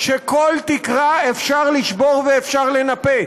שכל תקרה אפשר לשבור ואפשר לנפץ.